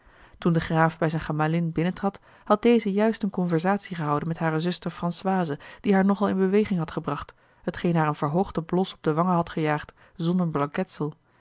toen de graaf bij zijne gemalin binnentrad had deze juist eene conversatie gehouden met hare zuster françoise die haar nogal in beweging had gebracht hetgeen haar een verhoogden blos op de wangen had gejaagd zonder